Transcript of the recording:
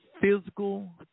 physical